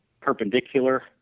perpendicular